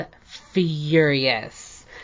furious